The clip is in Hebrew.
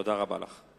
תודה רבה לך.